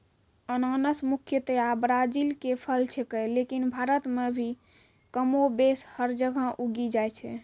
अनानस मुख्यतया ब्राजील के फल छेकै लेकिन भारत मॅ भी कमोबेश हर जगह उगी जाय छै